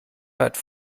fährt